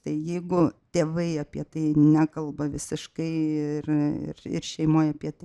tai jeigu tėvai apie tai nekalba visiškai ir ir šeimoj apie tai